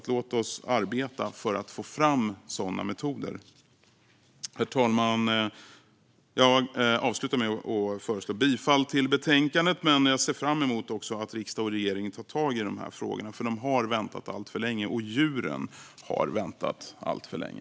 Låt oss arbeta för att få fram sådana metoder! Herr talman! Jag yrkar bifall till förslaget i betänkandet. Jag ser fram emot att riksdagen och regeringen tar tag i de här frågorna. De har väntat alltför länge, och djuren har väntat alltför länge.